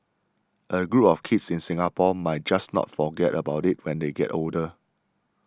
a group of kids in Singapore might just not forget about it when they get older